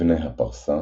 מבני הפרסה